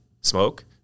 smoke